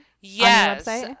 Yes